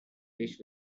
dish